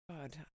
God